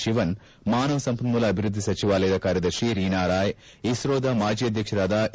ಶಿವನ್ ಮಾನವ ಸಂಪನ್ಮೂಲ ಅಭಿವೃದ್ಧಿ ಸಚಿವಾಲಯದ ಕಾರ್ಯದರ್ಶಿ ರೀನಾ ರಾಯ್ ಇಸ್ರೋದ ಮಾಜಿ ಅಧ್ವಕ್ಷರಾದ ಎ